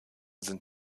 sind